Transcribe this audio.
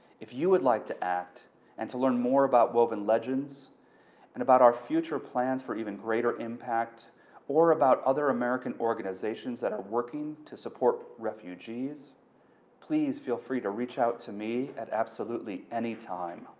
if you would like to act and to learn more about woven legends and about our future plans for even greater impact or about other american organizations that are working to support refugees please feel free to reach out to me at absolutely any time.